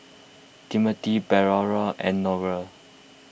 Timmothy Medora and Noelle